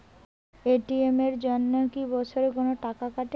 ATM এর জন্যে কি বছরে কোনো টাকা কাটে?